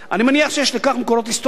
אני מניח שיש לכך מקורות היסטוריים,